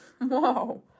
whoa